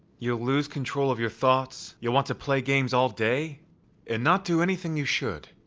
you'll loose control of your thoughts. you'll want to play games all day and not do anything you should